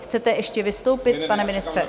Chcete ještě vystoupit, pane ministře?